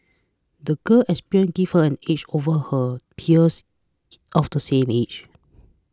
the girl experiences gave her an edge over her peers of the same age